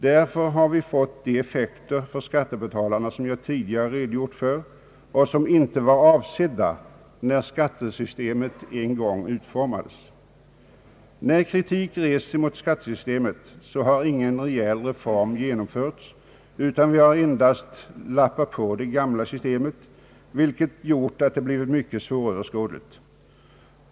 Därför har vi fått de effekter för skattebetalarna som jag tidigare har redogjort för och som inte var avsedda när skattesystemet en gång utformades. När kritik har rests emot skattesystemet, har ingen rejäl reform genomförts. Vi har endast lappat på det gamla systemet, vilket har gjort att det har blivit mycket svåröverskådligt.